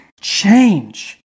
change